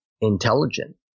intelligent